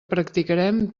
practicarem